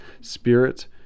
spirit